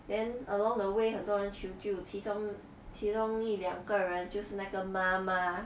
then along the way 很多人求救其中其中一两个人就是那个妈妈